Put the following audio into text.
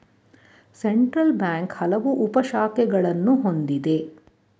central Bank ಹಲವು ಉಪ ಶಾಖೆಗಳನ್ನು ಹೊಂದಿದೆ